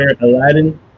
Aladdin